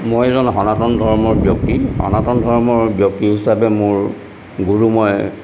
মই এজন সনাতন ধৰ্মৰ ব্যক্তি সনাতন ধৰ্মৰ ব্যক্তি হিচাপে মোৰ গুৰু মই